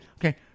Okay